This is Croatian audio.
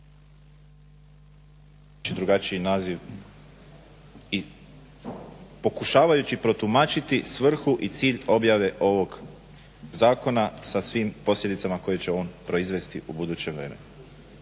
se./… drugačiji naziv i pokušavajući protumačiti svrhu i cilj objave ovog zakona sa svim posljedicama koje će on proizvesti u budućem vremenu.